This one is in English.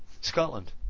Scotland